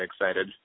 excited